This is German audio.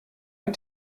ein